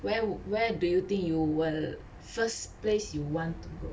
where wou~ where do you think you will first place you want to go